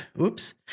Oops